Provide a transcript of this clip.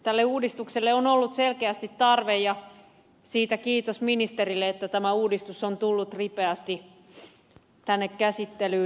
tälle uudistukselle on ollut selkeästi tarve ja siitä kiitos ministerille että tämä uudistus on tullut ripeästi tänne käsittelyyn